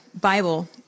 Bible